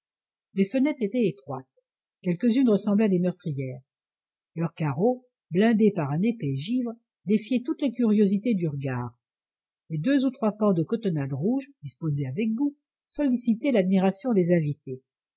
les fenêtres étaient étroites quelques-unes ressemblaient à des meurtrières leurs carreaux blindés par un épais givre défiaient toutes les curiosités du regard mais deux ou trois pans de cotonnades rouges disposées avec goût sollicitaient l'admiration des invités